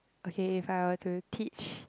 okay if I were to teach